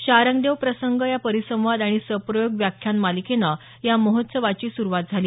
शाङ्गदेव प्रसंग या परिसंवाद आणि सप्रयोग व्याख्यान मालिकेनं या महोत्सवाची सुरूवात झाली